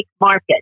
market